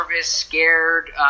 scared